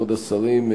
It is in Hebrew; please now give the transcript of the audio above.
כבוד השרים,